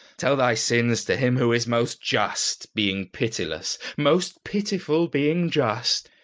tell thy sins to him who is most just, being pitiless, most pitiful being just.